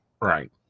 right